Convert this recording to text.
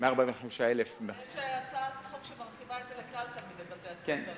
אבל יש הצעת חוק שמרחיבה את זה לכלל תלמידי בתי-הספר.